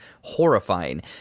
horrifying